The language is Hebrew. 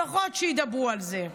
לפחות שידברו על זה.